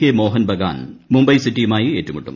K Mohun Bagan Mumbai സിറ്റിയുമായി ഏറ്റുമുട്ടും